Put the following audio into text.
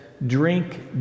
drink